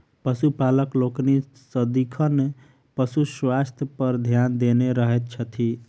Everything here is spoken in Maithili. पशुपालक लोकनि सदिखन पशु स्वास्थ्य पर ध्यान देने रहैत छथि